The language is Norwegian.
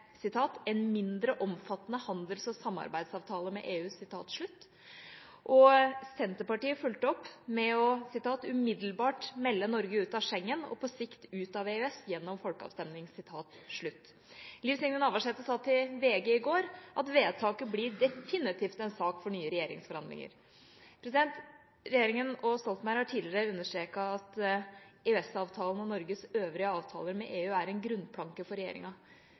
mindre omfattende handels- og samarbeidsavtale med EU», og Senterpartiet fulgte opp med å ville melde Norge ut av Schengen umiddelbart og på sikt ut av EØS gjennom folkeavstemning. Liv Signe Navarsete sa til VG i går at «vedtaket blir definitivt en sak for nye regjeringsforhandlinger». Regjeringa og Stoltenberg har tidligere understreket at EØS-avtalen og Norges øvrige avtaler med EU er en grunnplanke for regjeringa.